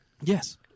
Yes